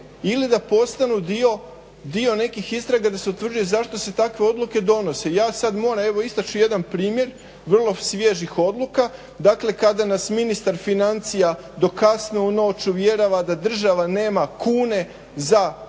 ili da postanu dio nekih istraga da se utvrđuje zašto se takve odluke donose. Ja sad moram, evo istaći ću jedan primjer vrlo svježih odluka. Dakle, kada nas ministar financija do kasno u noć uvjerava da država nema kune za